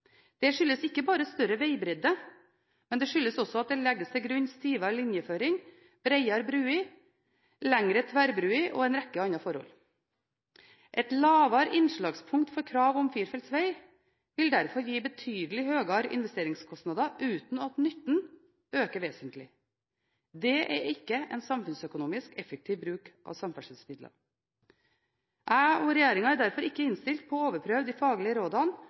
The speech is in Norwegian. Det skyldes ikke bare større vegbredde, det skyldes også at det legges til grunn stivere linjeføring, bredere bruer, lengre tverrbruer og en rekke andre forhold. Et lavere innslagspunkt for krav om firefelts veg vil derfor gi betydelig høyere investeringskostnader uten at nytten øker vesentlig. Dette er ikke en samfunnsøkonomisk effektiv bruk av samferdselsmidlene. Jeg og regjeringen er derfor ikke innstilt på å overprøve de faglige rådene